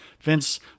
Vince